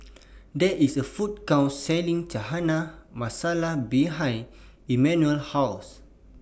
There IS A Food Court Selling Chana Masala behind Immanuel's House